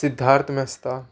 Siddharth Mesta